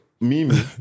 Mimi